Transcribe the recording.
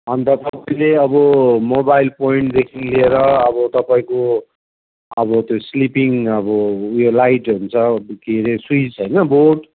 अन्त तपाईँले अब मोबाइल पोइन्टदेखि लिएर अब तपाईँको अब त्यो स्लिपिङ अब उयो लाइट हुन्छ के अरे स्विच होइन बोर्ड